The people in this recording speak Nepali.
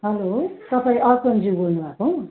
हेलो तपाईँ अर्पणज्यू बोल्नु भएको हो